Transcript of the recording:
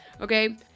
Okay